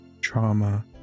trauma